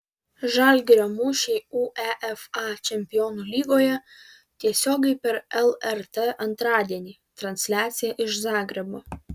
žalgirio mūšiai uefa čempionų lygoje tiesiogiai per lrt antradienį transliacija iš zagrebo